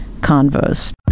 convos